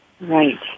Right